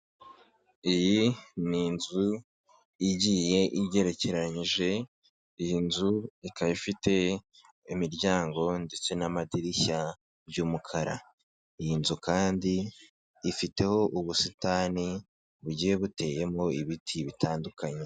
Iyi ni inzu igiye igerekeranyije, iyi nzu ikaba ifite imiryango ndetse n'amadirishya by'umukara, iyi nzu kandi ifiteho ubusitani bugiye buteyemo ibiti bitandukanye.